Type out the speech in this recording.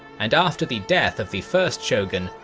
and after the death of the first shogun,